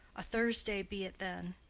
a thursday be it then.